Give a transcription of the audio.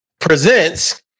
presents